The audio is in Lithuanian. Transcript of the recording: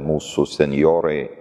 mūsų senjorai